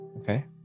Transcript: Okay